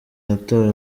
yatawe